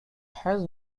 has